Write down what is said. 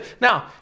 Now